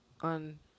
on